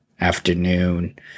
afternoon